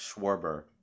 Schwarber